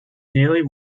nearly